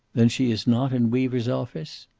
then she is not in weaver's office?